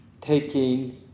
taking